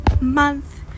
month